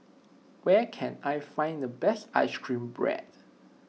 where can I find the best Ice Cream Bread